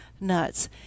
nuts